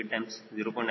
94 0